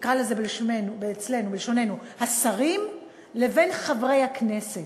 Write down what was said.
נקרא לזה אצלנו, בלשוננו, השרים לבין חברי הכנסת,